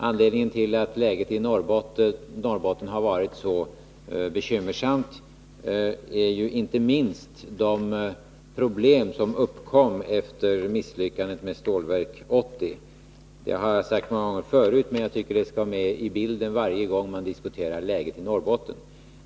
Anledningen till att läget i Norrbotten har varit så bekymmersamt är inte minst de problem som uppkom efter misslyckandet med Stålverk 80. Jag har sagt det många gånger förut, men jag tycker att det skall vara med i bilden varje gång man diskuterar läget i Norrbotten.